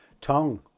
Tong